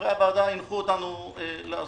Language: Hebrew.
שחברי הוועדה הנחו אותנו לעשות.